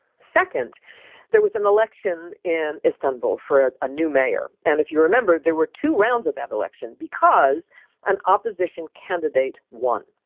second there was an election in istanbul for a new mayor. and if you remember there were two rounds of that election because an opposition candidate won.